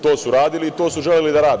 To su radili i to su želeli da rade.